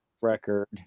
Record